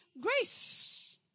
grace